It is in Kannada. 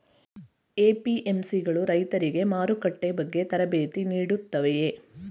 ಎ.ಪಿ.ಎಂ.ಸಿ ಗಳು ರೈತರಿಗೆ ಮಾರುಕಟ್ಟೆ ಬಗ್ಗೆ ತರಬೇತಿ ನೀಡುತ್ತವೆಯೇ?